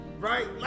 Right